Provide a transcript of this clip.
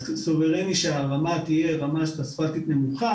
אז סוברני שהרמה תהיה רמה אספלטית נמוכה.